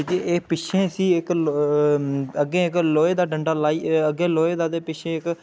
की जे इक पिच्छें इसी इक ल अग्गें इक लोहे दा डंडा लाइयै अग्गें लोहे दा ते पिच्छें इक